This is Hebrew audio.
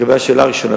לגבי השאלה הראשונה,